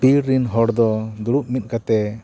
ᱯᱤᱲᱨᱮᱱ ᱦᱚᱲᱫᱚ ᱫᱩᱲᱩᱵ ᱢᱤᱫ ᱠᱟᱛᱮᱫ